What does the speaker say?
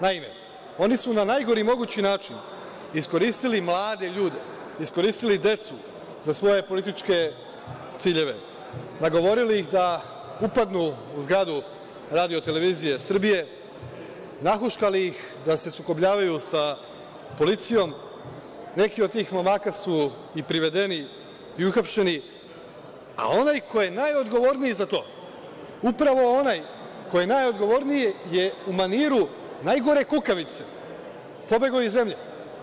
Naime, oni su na najgori mogući način iskoristili mlade ljude, iskoristili decu za svoje političke ciljeve, nagovorili ih da upadnu u zgradu RTS, nahuškali ih da se sukobljavaju sa policijom, a neki od tih momaka su privedeni i uhapšeni, a onaj koji je najodgovorniji za to, upravo onaj koji je najodgovorniji je u maniru najgore kukavice pobegao iz zemlje.